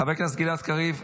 חבר הכנסת גלעד קריב,